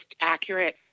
accurate